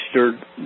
registered